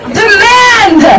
demand